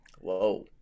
Whoa